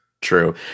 True